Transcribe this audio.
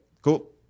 Cool